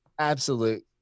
absolute